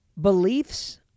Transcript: beliefs